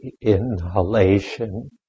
inhalation